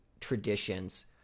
traditions